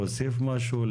להוסיף משהו,